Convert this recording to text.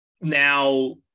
Now